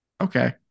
Okay